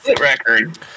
record